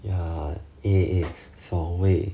ya eh 所为